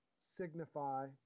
signify